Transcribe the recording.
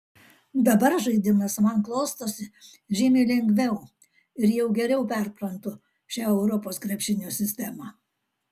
dabar žaidimas man klostosi žymiai lengviau ir jau geriau perprantu šią europos krepšinio sistemą